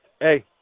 hey